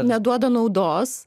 neduoda naudos